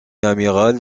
amiral